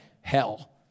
hell